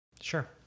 Sure